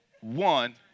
one